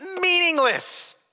meaningless